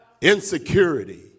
insecurity